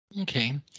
okay